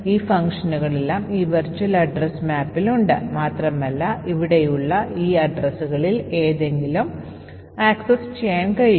ഈ ഫംഗ്ഷനുകളെല്ലാം ഈ വെർച്വൽ വിലാസ മാപ്പിൽ ഉണ്ട് മാത്രമല്ല ഇവിടെയുള്ള ഈ വിലാസങ്ങളിൽ ഏതെങ്കിലും ആക്സസ് ചെയ്യാൻ കഴിയും